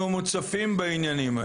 אנחנו מוצפים בעניינים כאלה.